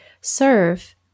serve